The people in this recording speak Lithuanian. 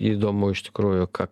įdomu iš tikrųjų ką